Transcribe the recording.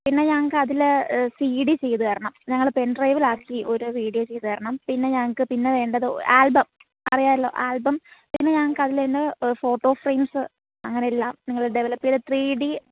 പിന്നെ ഞങ്ങൾക്ക് അതിൽ സി ഡി ചെയ്തുതരണം ഞങ്ങൾ പെൻഡ്രൈവിലാക്കി ഒരു വീഡിയോ ചെയ്ത് തരണം പിന്നെ ഞങ്ങൾക്ക് പിന്നെ വേണ്ടത് ആൽബം അറിയാമല്ലോ ആൽബം പിന്നെ ഞങ്ങൾക്ക് അതിൽ തന്നെ ഫോട്ടോ ഫ്രെയിംസ് അങ്ങനെ എല്ലാം നിങ്ങൾ ഡെവലപ്പ് ചെയ്ത് ത്രീ ഡി